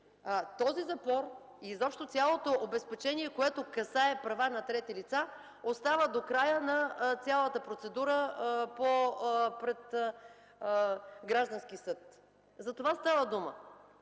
този запор и изобщо цялото обезпечение, което касае права на трети лица, остава до края на цялата процедура пред гражданския съд. За това става дума.